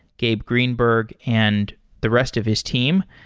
gabe greenberg and the rest of his team.